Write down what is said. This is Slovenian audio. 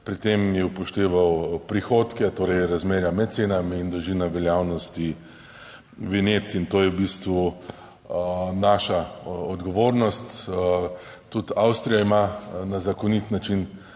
Pri tem je upošteval prihodke, torej razmerja med cenami in dolžina veljavnosti vinjet in to je v bistvu naša odgovornost. Tudi Avstrija ima na zakonit način